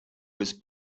was